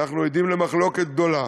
אנחנו עדים למחלוקת גדולה